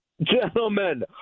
Gentlemen